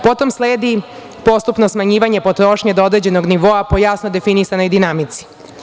Potom sledi postupno smanjivanje potrošnje do određenog nivoa po jasno definisanoj dinamici.